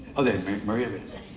oh, there maria is.